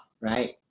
right